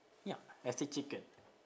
ya as the chicken